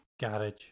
garage